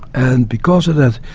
and because of that,